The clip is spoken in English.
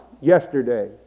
yesterday